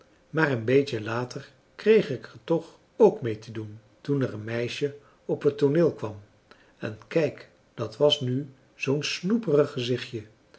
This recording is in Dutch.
maar een beetje later kreeg ik er toch ook mee te doen toen er een meisje op het tooneel kwam en kijk dat was nu zoo'n snoeperig gezichtje